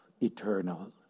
eternal